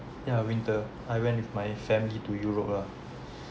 ya winter I went with my family to europe lah